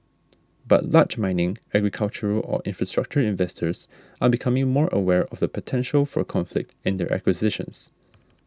but large mining agricultural or infrastructure investors are becoming more aware of the potential for conflict in their acquisitions